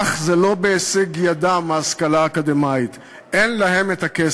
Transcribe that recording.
אך ההשכלה האקדמית אינה בהישג ידם, אין להם הכסף.